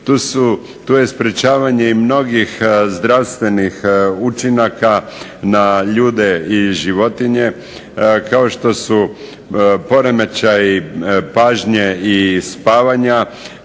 Tu je sprečavanje i mnogih zdravstvenih učinaka na ljude i životinje kao što su poremećaji pažnje i spavanje,